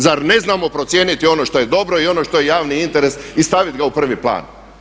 Zar ne znamo procijeniti ono što je dobro i ono što je javni interes i stavit ga u prvi plan?